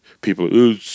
people